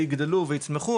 ויגדלו ויצמחו,